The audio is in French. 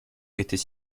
était